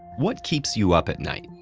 what keeps you up at night?